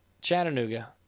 Chattanooga